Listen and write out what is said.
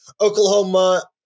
Oklahoma